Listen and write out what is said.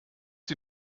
die